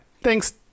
Thanks